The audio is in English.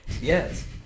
Yes